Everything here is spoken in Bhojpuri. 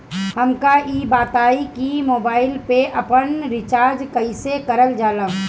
हमका ई बताई कि मोबाईल में आपन रिचार्ज कईसे करल जाला?